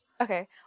Okay